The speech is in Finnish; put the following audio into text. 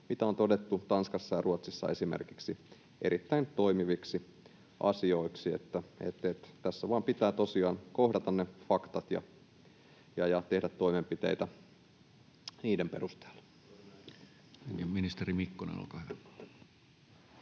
mitä on todettu esimerkiksi Tanskassa ja Ruotsissa erittäin toimiviksi asioiksi, että tässä vain pitää tosiaan kohdata ne faktat ja tehdä toimenpiteitä niiden perusteella. Ja ministeri Mikkonen, olkaa hyvä.